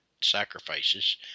sacrifices